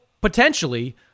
potentially